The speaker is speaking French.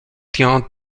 tient